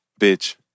Bitch